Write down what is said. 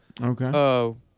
Okay